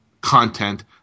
content